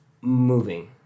moving